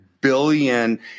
billion